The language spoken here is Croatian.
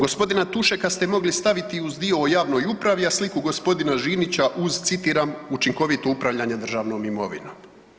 Gospodina Tušeka ste mogli staviti uz dio o javnoj upravi, a sliku gospodina Žinića uz citiram „učinkovito upravljanje državnom imovinom“